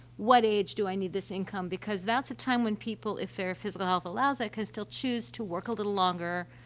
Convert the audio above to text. what age do i need this income? because that's a time when people, if their physical health allows that, could still choose to work a little longer,